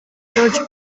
george